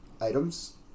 items